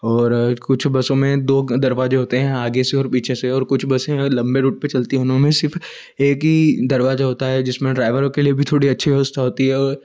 और कुछ बसों में दो दरवाजे होते हैं आगे से और पीछे से और कुछ बसें लम्बे रूट पर चलती है उनो में सिर्फ एक हीं दरवाजा होता है जिसमें ड्राइवरों के लिए भी थोड़ी अच्छी व्यवस्था होती है